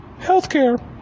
Healthcare